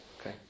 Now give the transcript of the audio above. okay